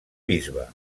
bisbe